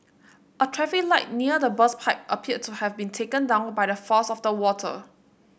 a traffic light near the burst pipe appeared to have been taken down by the force of the water